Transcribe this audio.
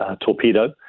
torpedo